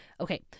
Okay